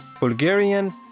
Bulgarian